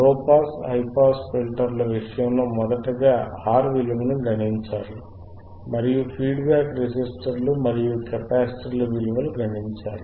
low pass high pass ఫిల్టర్ల విషయములో మొదటగా R విలువని గణించాలి తరువాత ఫీడ్ బ్యాక్ రెసిస్టర్లు మరియు కెపాసిటర్ల విలువలు గణించాలి